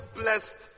blessed